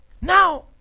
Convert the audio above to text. Now